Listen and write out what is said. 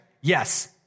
Yes